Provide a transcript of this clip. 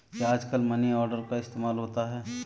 क्या आजकल money order का इस्तेमाल होता है?